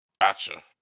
Gotcha